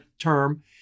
term